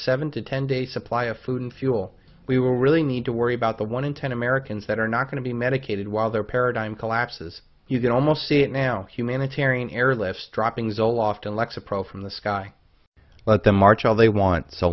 seven to ten days supply of food and fuel we will really need to worry about the one in ten americans that are not going to be medicated while their paradigm collapses you can almost see it now humanitarian airlift dropping zoloft and lexapro from the sky let them march all they want so